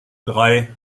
drei